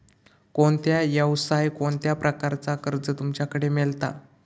कोणत्या यवसाय कोणत्या प्रकारचा कर्ज तुमच्याकडे मेलता?